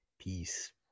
Peace